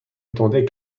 attendait